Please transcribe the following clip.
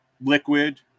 Liquid